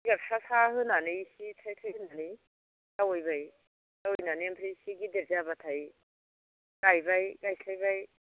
जिगाब सा सा होनानै एसे थ्राइ थ्राइ होनानै जावैबाय जावैनानै ओमफ्राय एसे गिदिर जाबाथाय गायबाय गायस्लायबाय